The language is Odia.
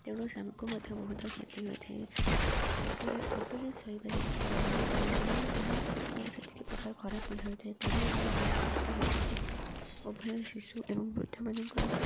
ତେଣୁ ସାମକୁ ମଧ୍ୟ ବହୁତ କ୍ଷତି ହୋଇଥାଏ ଖଟରେ ଖଟରେ ଶୋଇବା ଯେତିକି ଭଲ ତା' ମାନେ ତାହା ସେତିକି ପ୍ରକାର ଖରାପ ମଧ୍ୟ ହୋଇଥାଏ ପଡ଼ିବା ଦ୍ୱାରା ବହୁତ କ୍ଷତି ହୋଇଥାଏ ଉଭୟ ଶିଶୁ ଏବଂ ବୃଦ୍ଧମାନଙ୍କର